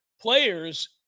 players